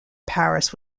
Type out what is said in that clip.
paris